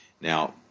Now